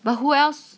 but who else